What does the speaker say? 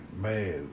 man